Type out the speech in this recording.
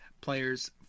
players